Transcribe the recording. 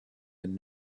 been